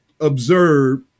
observe